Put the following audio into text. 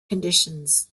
conditions